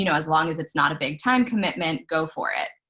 you know as long as it's not a big time commitment, go for it.